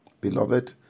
beloved